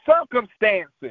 circumstances